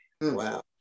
Wow